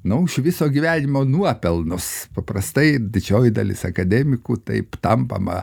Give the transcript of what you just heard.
na už viso gyvenimo nuopelnus paprastai didžioji dalis akademikų taip tampama